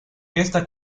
esta